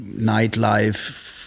nightlife